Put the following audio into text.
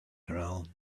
ground